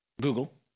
Google